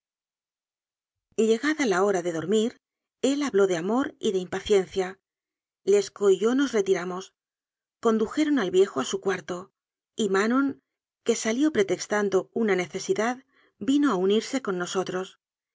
escena llegada la hora de dormir él habló de amor y de impaciencia lescaut y yo nos retiramos con dujeron al viejo a su cuarto y manon que salió pretextando una necesidad vino a unirse con nos